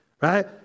Right